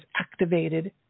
activated